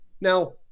now